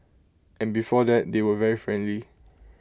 and before that they were very friendly